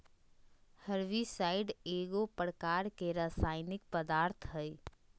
herbicide एगो प्रकार के रासायनिक पदार्थ हई